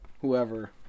whoever